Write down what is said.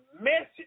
message